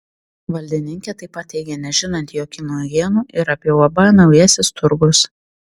valdininkė taip pat teigė nežinanti jokių naujienų ir apie uab naujasis turgus